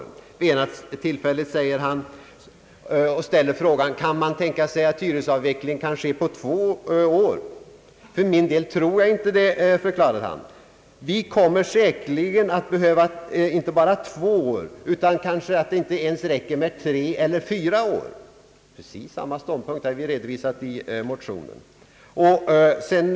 Vid det ena tillfället ställer han frågan: Kan man tänka sig att avvecklingen av hyresregleringen kan ske på två år? Han förklarar att han för sin del inte tror det. Vi kommer säkerligen att behöva inte bara två utan det kanske inte ens räcker med tre eiler fyra år. Precis samma ståndpunkt har vi redovisat i motionen.